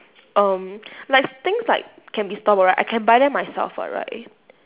um like things like can be store bought I can buy them myself [what] right